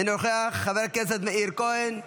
אינו נוכח, חברי הכנסת מאיר כהן,